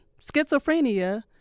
schizophrenia